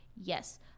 yes